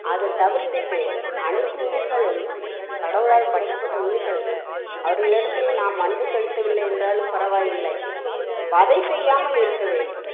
அதைத்தவிர்த்துட்டு அனைத்து உயிர்களும் கடவுளால் படைக்கப்பட்ட உயிர்கள் அவர்களிடத்தில் நாம் அன்பு செலுத்தவில்லை என்றாலும் பரவா இல்லை வதை செய்யாமல் இருக்க வேண்டும்